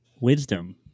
wisdom